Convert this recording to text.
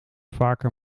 vaker